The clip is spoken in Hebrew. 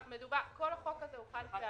כל החוק הזה הוא חד פעמי,